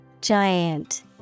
Giant